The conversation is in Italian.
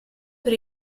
per